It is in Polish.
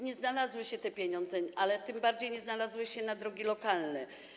Nie znalazły się te pieniądze, a tym bardziej nie znalazły się pieniądze na drogi lokalne.